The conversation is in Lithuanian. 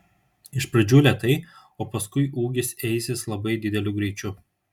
iš pradžių lėtai o paskui ūgis eisis labai dideliu greičiu